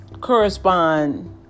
correspond